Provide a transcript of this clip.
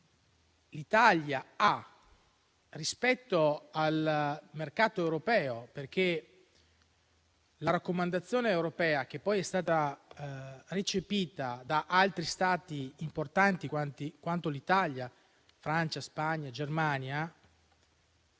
restrittivi rispetto al mercato europeo. La raccomandazione europea, che è stata recepita da altri Stati importanti quanto l'Italia, come Francia, Spagna e Germania,